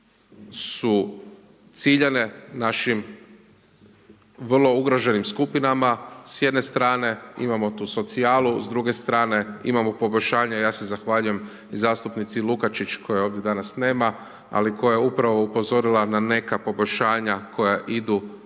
su ciljane našim vrlo ugroženim skupinama, s jedne strane imamo tu socijalu, s druge strane imamo pogoršanje ja se zahvaljujem zastupnici Lukačić koje ovdje danas nema, ali koja je upravo upozorila na neka poboljšanja, koja idu